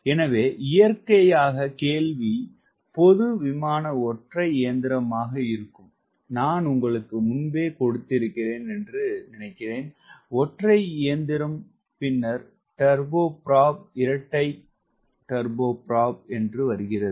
எனவே இயற்கை கேள்வி பொது விமான ஒற்றை இயந்திரமாக இருக்கும் நான் உங்களுக்கு முன்பே கொடுத்திருக்கிறேன் என்று நினைக்கிறேன் ஒற்றை இயந்திரம் பின்னர் டர்போபிராப் இரட்டை டர்போபிராப் வருகிறது